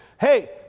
Hey